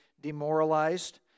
demoralized